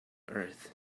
earth